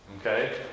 Okay